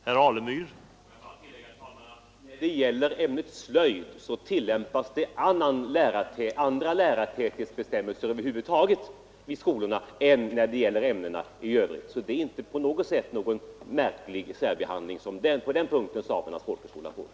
Herr talman! Låt mig bara tillägga att det beträffande ämnet slöjd tillämpas andra lärartäthetsbestämmelser i skolorna över huvud taget än när det gäller ämnena i övrigt. Samernas folkhögskola får alltså inte på den punkten någon utpräglat förmånlig behandling.